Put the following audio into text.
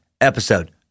episode